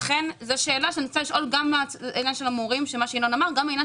לכן זו שאלה שאני שואלת גם לעניין המורים וגם התלמידים.